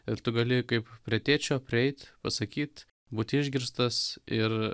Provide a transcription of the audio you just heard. ir tu gali kaip prie tėčio prieit pasakyt būt išgirstas ir